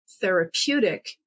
therapeutic